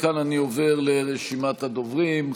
מכאן אני עובר לרשימת הדוברים.